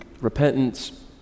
repentance